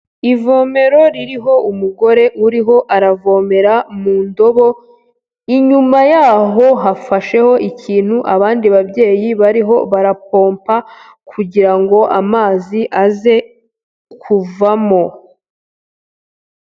Ivomero ririho umugore uriho aravomera mu ndobo, inyuma yaho hafasheho ikintu, abandi babyeyi bariho barapompa kugira ngo amazi aze kuvamo.